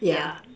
yeah